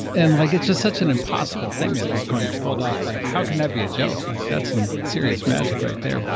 and like it's just such an impossible thing that bitcoin pulled off. like how how can that be a joke? like that's some serious magic right there